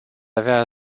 avea